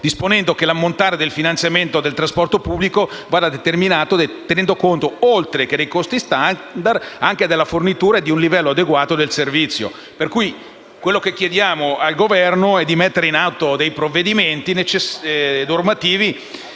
disponendo che l'ammontare del finanziamento del trasporto pubblico andasse determinato tenendo conto, oltre che dei costi *standard*, anche della fornitura di un livello adeguato del servizio. Pertanto, chiediamo al Governo di mettere in atto dei provvedimenti normativi